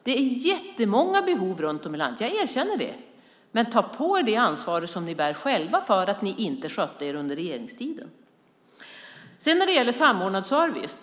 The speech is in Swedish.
Det finns jättemånga behov runt om i landet; jag erkänner det. Ni bär själva ansvaret för att ni inte skötte er under er regeringstid. Jag ska ge ett exempel på samordnad service.